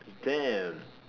damn